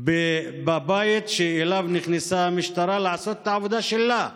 בבית שאליו נכנסה המשטרה לעשות את העבודה שלה.